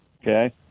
okay